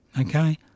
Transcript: okay